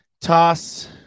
Toss